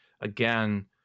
again